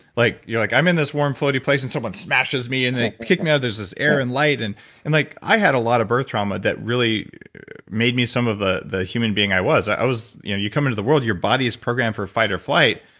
like you're like, i'm in this warm, floaty place, and someone smashes me, and they kick me out. there's this air and light. and and like i had a lot of birth trauma that really made me some of the the human being i was. you know you come into the world, your body's programed for fight or flight.